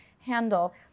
handle